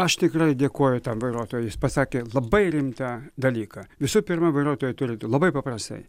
aš tikrai dėkoju tam vairuotojui jis pasakė labai rimtą dalyką visų pirma vairuotojai turi labai paprastai